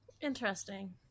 Interesting